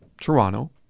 Toronto